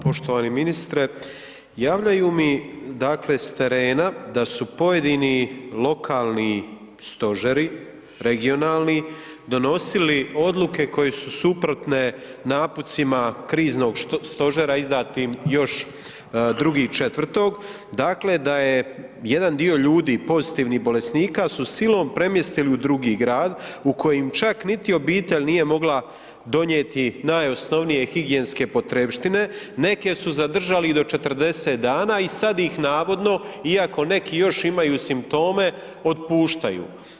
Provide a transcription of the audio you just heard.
Poštovani ministre, javljaju mi dakle s terena da su pojedini lokalni stožeri, regionalni, donosili odluke koje su suprotne naputcima kriznog stožera izdatim još 2.4., dakle da je jedan dio ljudi, pozitivnih bolesnika su silom premjestili u drugi grad u koji im čak niti obitelj nije mogla donijeti najosnovnije higijenske potrepštine, neke su zadržali i do 40 dana i sad ih navodno iako neki još imaju simptome, otpuštaju.